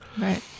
Right